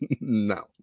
No